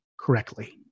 correctly